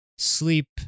sleep